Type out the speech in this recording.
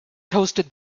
toasted